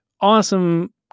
Awesome